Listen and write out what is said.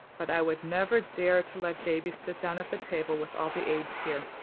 but i would never dare to let davy sit down at the table with all the aids here.